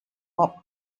pop